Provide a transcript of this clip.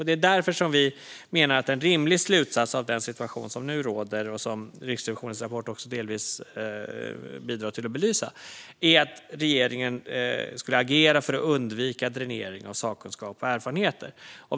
Det är därför vi menar att en rimlig slutsats av den situation som nu råder och som Riksrevisionens rapport delvis bidrar till att belysa är att regeringen ska agera för att undvika dränering av sakkunskap och erfarenheter.